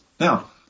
Now